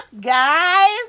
guys